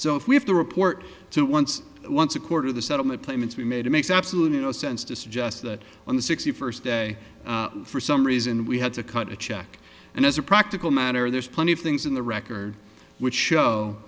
if we have to report to once once a quarter of the settlement claimants we made it makes absolutely no sense to suggest that on the sixty first day for some reason we had to cut a check and as a practical matter there's plenty of things in the record which show